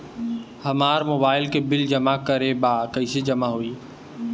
हमार मोबाइल के बिल जमा करे बा कैसे जमा होई?